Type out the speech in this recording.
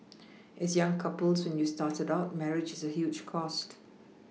as young couples when you started out marriage is a huge cost